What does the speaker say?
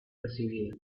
recibida